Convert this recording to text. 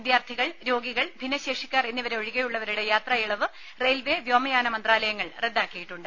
വിദ്യാർത്ഥികൾ രോഗികൾ ഭിന്നശേഷിക്കാർ എന്നിവരൊഴികെയുള്ളവരുടെ യാത്രായിളവ് റെയിൽവെ വ്യോമയാന മന്ത്രാലയങ്ങൾ റദ്ദാക്കിയിട്ടുണ്ട്